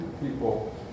people